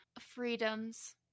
freedoms